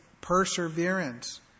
perseverance